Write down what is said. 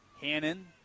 Hannon